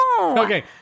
okay